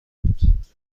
بود